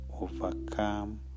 overcome